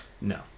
No